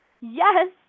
Yes